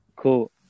cool